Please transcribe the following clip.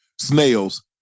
Snails